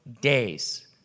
days